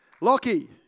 Lockie